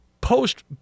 post